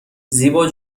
زیبا